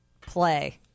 play